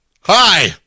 Hi